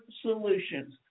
solutions